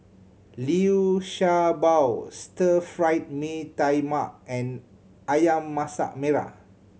Liu Sha Bao Stir Fried Mee Tai Mak and Ayam Masak Merah